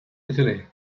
italy